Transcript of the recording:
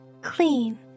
Clean